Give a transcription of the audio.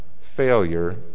failure